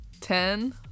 Ten